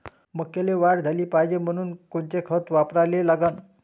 मक्याले वाढ झाली पाहिजे म्हनून कोनचे खतं वापराले लागन?